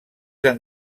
han